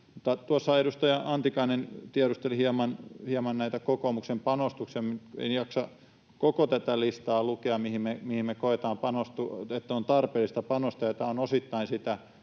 tuossa edustaja Antikainen tiedusteli hieman näitä kokoomuksen panostuksia. En jaksa lukea koko tätä listaa, mihin me koetaan tarpeelliseksi panostaa. Tämä on osittain sitä,